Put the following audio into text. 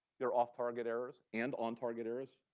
there are off-target errors and on-target areas.